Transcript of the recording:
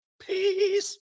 peace